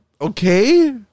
okay